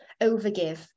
overgive